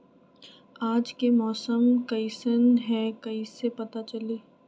आज के मौसम कईसन हैं कईसे पता चली?